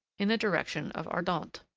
in the direction of ardentes.